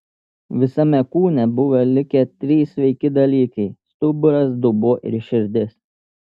visame kūne buvo likę trys sveiki dalykai stuburas dubuo ir širdis